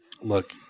look